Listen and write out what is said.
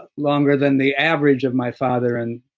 longer than the average of my father and